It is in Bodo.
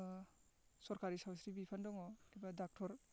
ओ सरखारि सावस्रि बिफान दङ एबा ड'क्टर